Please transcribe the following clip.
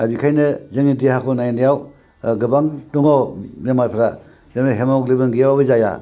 आरो बेखायनो जोंनि देहाखौ नायनायाव गोबां दङ बेमारफ्रा हिम'ग्ल'बिन गैयाबाबो जाया